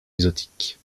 exotiques